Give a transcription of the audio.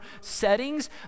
settings